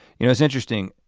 you know it's interesting